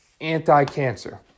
anti-cancer